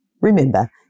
Remember